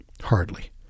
Hardly